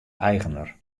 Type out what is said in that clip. eigener